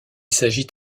s’agit